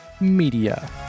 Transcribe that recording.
Media